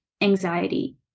anxiety